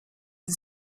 and